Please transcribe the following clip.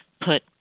put